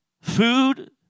food